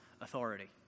authority